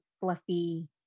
fluffy